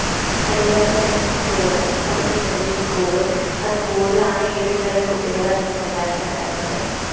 അതുപോലെത്തന്നെ സ്കൂള് അവിടെ ഒരു വലിയ സ്കൂളും ആ സ്കൂളിൽ ആ ഏരിയേലുള്ള കുട്ടികൾ ആയിരുന്നു ഉണ്ടായിട്ടുണ്ടായിരുന്നത്